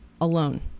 alone